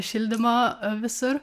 šildymo visur